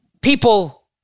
people